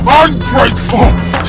ungrateful